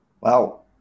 Wow